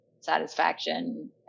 satisfaction